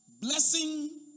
Blessing